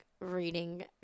reading